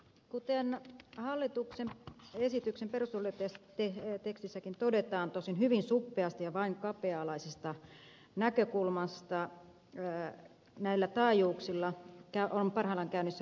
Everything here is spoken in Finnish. kuten hallituksen esityksen perustelutekstissäkin todetaan tosin hyvin suppeasti ja vain kapea alaisesta näkökulmasta näillä taajuuksilla on parhaillaan käynnissä kova kisa